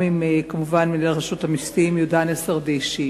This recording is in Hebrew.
וכמובן גם עם מנהל רשות המסים יהודה נסרדישי.